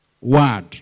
word